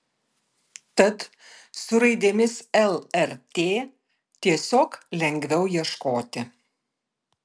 tad su raidėmis lrt tiesiog lengviau ieškoti